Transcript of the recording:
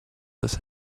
this